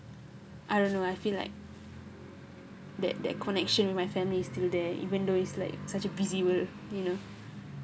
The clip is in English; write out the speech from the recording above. I don't know I feel like that that connection my family is still there even though it's like such a busy world you know